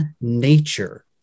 nature